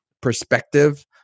perspective